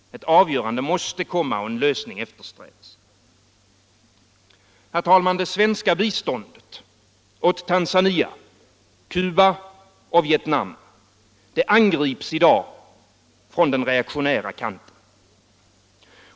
Ett avgörande måste komma och en lösning eftersträvas. Herr talman! Det svenska biståndet åt Tanzania, Cuba och Vietnam angrips i dag från den reaktionära kanten.